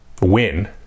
win